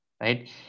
right